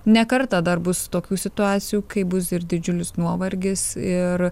ne kartą dar bus tokių situacijų kai bus ir didžiulis nuovargis ir